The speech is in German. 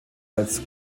als